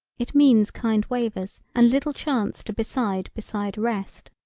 it means kind wavers and little chance to beside beside rest.